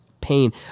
pain